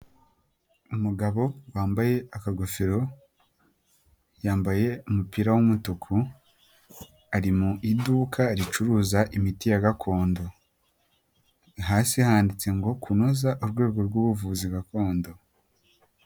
Umugabo wambaye akagofero yambaye umupira w'umutuku, ari mu iduka ricuruza imiti ya gakondo, hasi handitse ngo kunoza urwego rw'ubuvuzi gakondo.